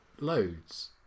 loads